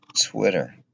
Twitter